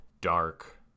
dark